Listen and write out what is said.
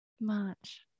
March